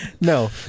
No